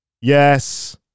yes